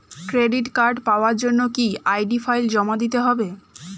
Credit card পাওয়ার জন্য কি আই.ডি ফাইল জমা দিতে হবে?